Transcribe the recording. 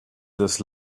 this